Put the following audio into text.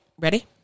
ready